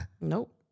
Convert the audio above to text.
Nope